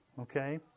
okay